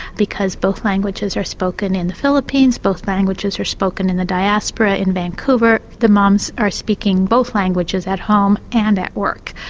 because both languages are spoken in the philippines, both languages are spoken in the diaspora in vancouver the mums are speaking both languages at home and at work.